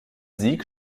sieg